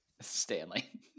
Stanley